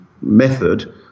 Method